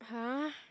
!huh!